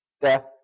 death